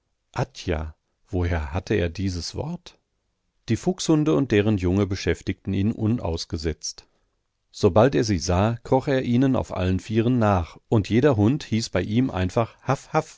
woher hatte er dieses wort die fuchshunde und deren junge beschäftigten ihn unausgesetzt sobald er sie sah kroch er ihnen auf allen vieren nach und jeder hund hieß bei ihm einfach